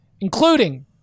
including